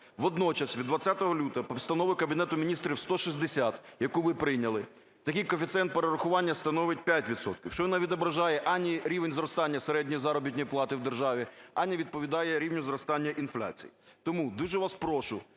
Водночас, від 20 лютого Постановою Кабінету Міністрів 160, яку ви прийняли, такий коефіцієнт перерахувань становить 5 відсотків, що не відображає ані рівень зростання середньої заробітної плати в державі, ані відповідає рівню зростання інфляцій. Тому дуже вас прошу